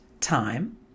time